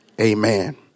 Amen